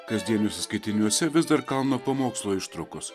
kasdienius skaitiniuose vis dar kalno pamokslo ištraukos